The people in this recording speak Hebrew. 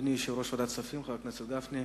אדוני יושב-ראש ועדת הכספים, חבר הכנסת משה גפני,